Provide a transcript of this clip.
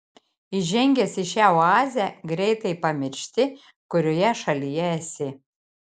įžengęs į šią oazę greitai pamiršti kurioje šalyje esi